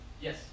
yes